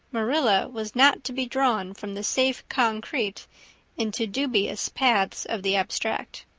marilla was not to be drawn from the safe concrete into dubious paths of the abstract.